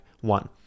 One